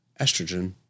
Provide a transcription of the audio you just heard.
estrogen